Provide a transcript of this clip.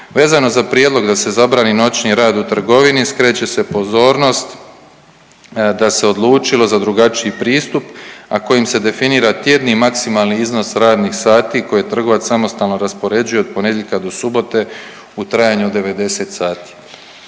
Vezano za prijedlog da se zabrani noćni rad u trgovini skreće se pozornost da se odlučilo za drugačiji pristup, a kojim se definira tjedni i maksimalni iznos radnih sati koje trgovac samostalno raspoređuje od ponedjeljka do subote u trajanju od 90 sati.